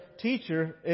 teacher